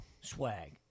swag